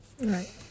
Right